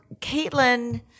Caitlin